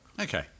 okay